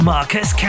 Marcus